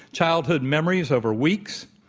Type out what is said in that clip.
childhood memories over weeks,